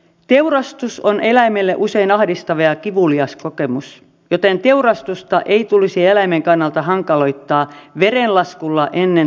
teurastus on eläimelle usein ahdistava ja kivulias kokemus joten teurastusta ei tulisi eläimen kannalta hankaloittaa verenlaskulla ennen tainnutusta